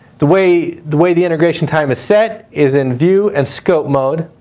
the way the way the integration time is set is in view and scope mode.